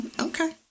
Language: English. Okay